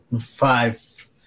five